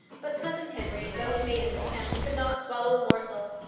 but cousin henry, though he made an attempt, could not swallow a morsel.